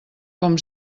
com